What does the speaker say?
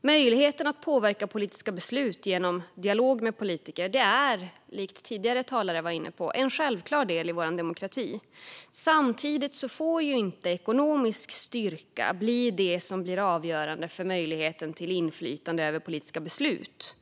Möjligheten att påverka politiska beslut genom dialog med politiker är, som föregående talare var inne på, en självklar del i vår demokrati. Samtidigt får ekonomisk styrka inte bli det som avgör möjligheten till inflytande över politiska beslut.